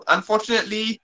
Unfortunately